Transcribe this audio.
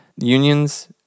unions